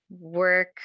work